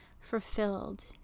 fulfilled